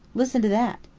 listen to that?